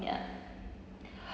ya